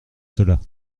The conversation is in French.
cela